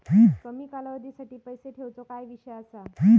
कमी कालावधीसाठी पैसे ठेऊचो काय विषय असा?